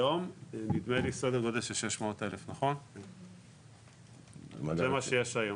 היום סדר גודל של 600,000. זה מה שיש היום.